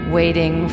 waiting